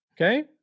Okay